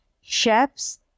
chefs